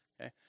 Okay